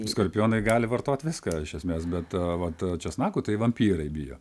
skorpionai gali vartoti viską iš esmės bet vat česnako tai vampyrai bijo